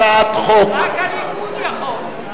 הצעת חוק, רק הליכוד יכול.